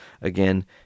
again